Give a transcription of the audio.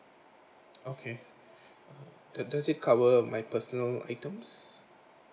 okay mm does does it cover my personal items